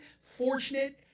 fortunate